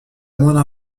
moindre